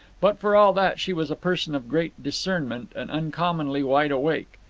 but for all that she was a person of great discernment, and uncommonly wide awake.